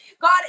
God